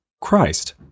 Christ